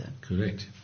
Correct